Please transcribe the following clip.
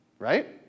right